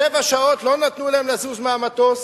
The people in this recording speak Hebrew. שבע שעות לא נתנו להם לזוז מהמטוס.